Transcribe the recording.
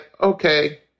okay